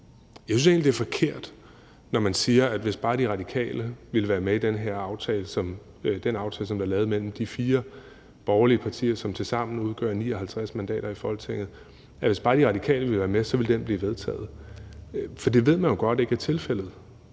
jeg synes egentlig, det er forkert, når man siger, at hvis bare De Radikale ville være med i den aftale, som er lavet mellem de fire borgerlige partier, som tilsammen udgør 59 mandater i Folketinget, så ville den blive vedtaget. For det ved man jo godt ikke er tilfældet.